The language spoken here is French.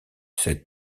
cet